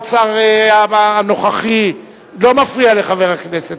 שר האוצר הנוכחי לא מפריע לחבר הכנסת,